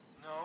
No